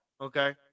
okay